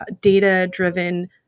data-driven